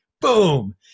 boom